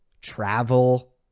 travel